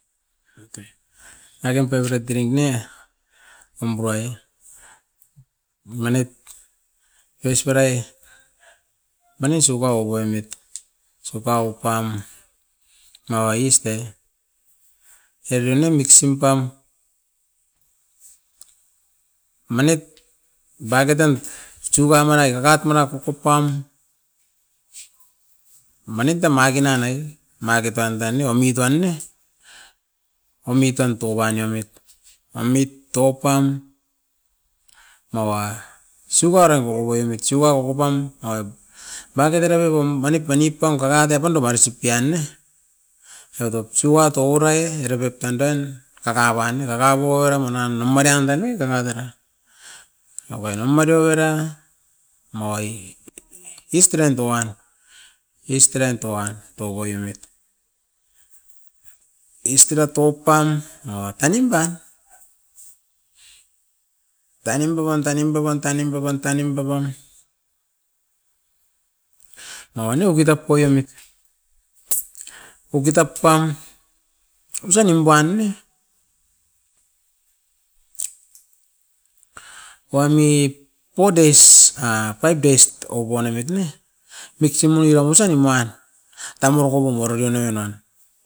Aikam favret drink ne, hombru ai manit oit pura poimit, sugar oupam mawa yeast e, e beau nem mixim pam manit dake tan sugar marai kakat mara kuku pam, manit tan makina naie, makit tuan tanei omit uan ne omit tan tupan ni omit, omit tou pan. Mawa sugar rai boko poimit sugar boko pam a makito era pipom manik mani pam kakate pande omain osip pian ne. Eva top sugar touara ai era pep tandan, kakapan ne era pauara minan da madian dan ne, omain oma teot era mawa i. Yeast oiran touan, yeast orain touan, to poiemit. Yeast era taup pan, mawa tanimpan, tanim paupan, tanim paupan, tanim paupan, tanim paupan nawa niou okita poiemit. Okita pam, ostan nimpuan ne, one week four days a five days or one week ne mixim uiram ostan nimuan, tamu roko bokoro oin oin en wan.